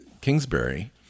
Kingsbury